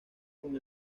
con